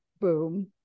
boom